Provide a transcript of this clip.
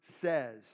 Says